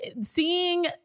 seeing